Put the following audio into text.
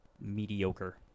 mediocre